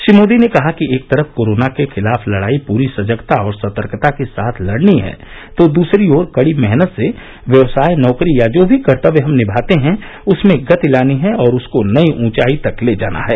श्री मोदी ने कहा कि एक तरफ कोरोना के खिलाफ लड़ाई पूरी सजगता और सतर्कता के साथ लड़नी है तो दूसरी ओर कड़ी मेहनत से व्यवसाय नौकरी या जो भी कर्तव्य हम निमाते हैं उसमें गति लानी है और उसको नई ऊंचाई तक ले जाना है